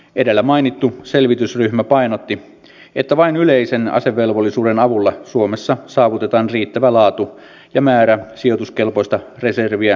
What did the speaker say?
edellä mainittu selvitysryhmä painotti että vain yleisen asevelvollisuuden avulla suomessa saavutetaan riittävä laatu ja määrä sijoituskelpoista reserviä sodanajan tehtäviin